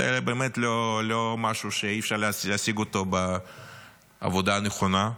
זה באמת לא משהו שאי-אפשר להשיג בעבודה נכונה.